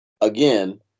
Again